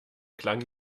klang